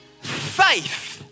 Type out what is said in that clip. faith